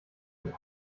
mit